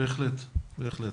בהחלט.